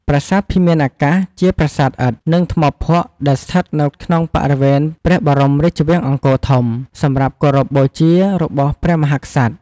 ប្រាសាទភិមានអាកាស ជាប្រាសាទឥដ្ឋ និងថ្មភក់ដែលស្ថិតនៅក្នុងបរិវេណព្រះបរមរាជវាំងអង្គរធំ សម្រាប់គោរពបូជារបស់ព្រះមហាក្សត្រ។